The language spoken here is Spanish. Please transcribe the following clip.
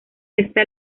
sexta